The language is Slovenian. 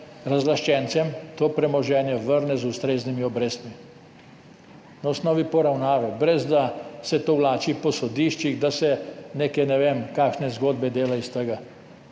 se razlaščencem to premoženje vrne z ustreznimi obrestmi na osnovi poravnave, brez da se to vlači po sodiščih, da se dela neke ne vem kakšne zgodbe iz tega.